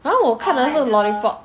!huh! 我看的是 lollipop